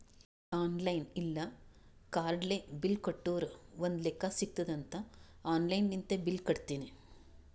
online ಇಲ್ಲ ಕಾರ್ಡ್ಲೆ bill ಕಟ್ಟುರ್ ಒಂದ್ ಲೆಕ್ಕಾ ಸಿಗತ್ತುದ್ ಅಂತ್ ಆನ್ಲೈನ್ ಲಿಂತೆ ಬಿಲ್ ಕಟ್ಟತ್ತಿನಿ